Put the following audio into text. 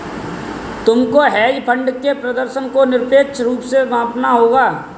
तुमको hedge fund के प्रदर्शन को निरपेक्ष रूप से मापना होगा